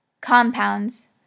Compounds